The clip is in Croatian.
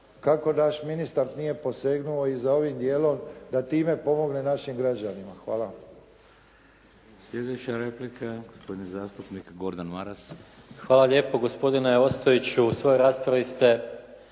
kako naš ministar nije posegnuo i za ovim dijelom da time pomogne našim građanima. Hvala. **Šeks, Vladimir (HDZ)** Slijedeća replika, gospodin zastupnik Gordan Maras. **Maras, Gordan (SDP)** Hvala lijepo. Gospodine Ostojiću, u svojoj raspravi ste